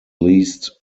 least